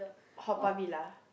Haw-Par-Villa